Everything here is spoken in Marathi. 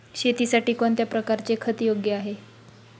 शेतीसाठी कोणत्या प्रकारचे खत योग्य आहे?